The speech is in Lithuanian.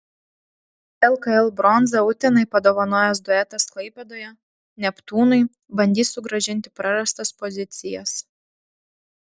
lkl bronzą utenai padovanojęs duetas klaipėdoje neptūnui bandys sugrąžinti prarastas pozicijas